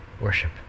worship